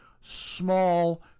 small